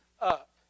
up